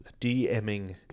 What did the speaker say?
dming